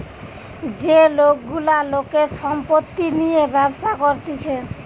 যে লোক গুলা লোকের সম্পত্তি নিয়ে ব্যবসা করতিছে